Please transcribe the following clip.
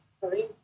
sorry